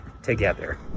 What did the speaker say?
together